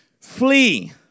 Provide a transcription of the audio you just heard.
flee